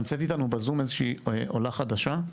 נמצאת איתנו בזום עולה חדשה?